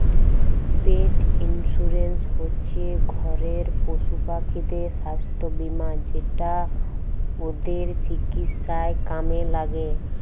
পেট insurance হচ্যে ঘরের পশুপাখিদের সাস্থ বীমা যেটা ওদের চিকিৎসায় কামে ল্যাগে